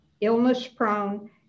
illness-prone